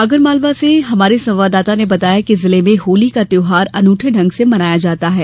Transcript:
आगरमालवा से हमारे संवाददाता ने बताया है कि जिले में होली का त्यौहार अनुठे ढंग से मनाया जाता है